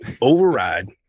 Override